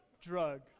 drug